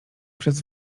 przez